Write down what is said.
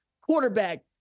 quarterback